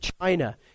China